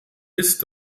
ist